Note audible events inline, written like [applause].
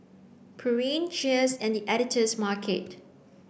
[noise] Pureen Cheers and the Editor's Market